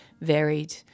varied